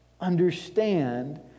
understand